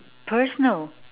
personal